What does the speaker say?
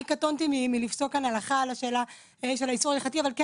אני קטונתי מלפסוק הלכה על השאלה של ההלכה אבל כן